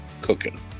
Cooking